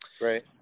Right